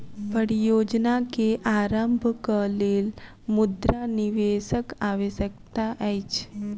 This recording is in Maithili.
परियोजना के आरम्भक लेल मुद्रा निवेशक आवश्यकता अछि